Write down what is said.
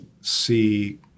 see